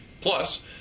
Plus